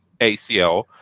ACL